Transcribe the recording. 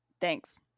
Thanks